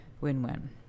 win-win